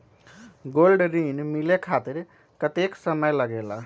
Gold ऋण मिले खातीर कतेइक समय लगेला?